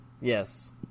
yes